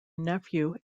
nephew